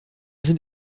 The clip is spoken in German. sind